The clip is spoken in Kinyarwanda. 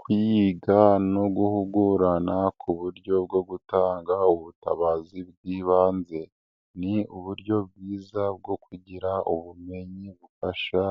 Kwiga no guhugurana ku buryo bwo gutanga ubutabazi bw'ibanze ni uburyo bwiza bwo kugira ubumenyi bufasha